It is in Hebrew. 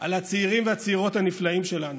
על הצעירים והצעירות הנפלאים שלנו,